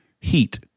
heat